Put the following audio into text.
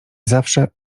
zawsze